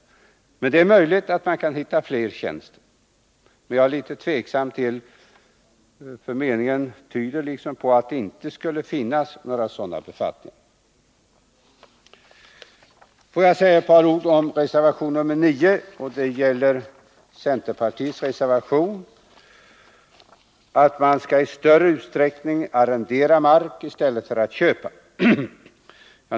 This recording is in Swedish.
Men det är möjligt att man kan hitta flera tjänster. Men jag är litet tveksam till den här meningen, för den ger sken av att det inte skulle finnas några sådana befattningar. Låt mig också säga ett par ord om reservation nr 9, som är centerns reservation. Den gäller att man i större utsträckning skall arrendera mark för försvaret i stället för att köpa.